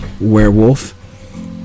werewolf